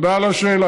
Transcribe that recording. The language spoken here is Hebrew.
תודה על השאלה.